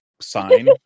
Sign